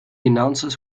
announcers